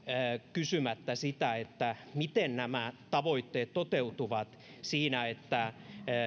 kysymättä sitä miten nämä tavoitteet toteutuvat siinä että